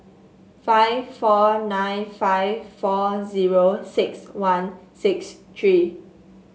five four nine five four zero six one six three